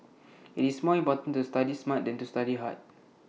IT is more important to study smart than to study hard